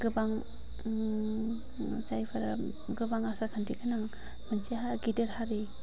गोबां जायफोरा गोबां आसार खान्थि गोनां मोनसे गिदिर हारि